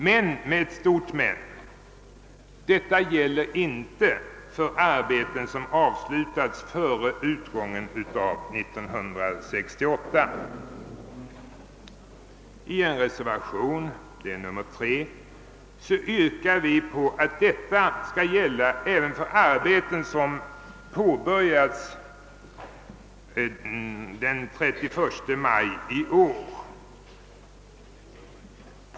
Men — och detta är en allvarlig invändning — detta gäller inte för arbeten som avslutats före utgången av 1968. I reservation III yrkar vi att detta skall gälla även för arbeten som påbörjats efter den 31 maj i år.